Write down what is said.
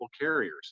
carriers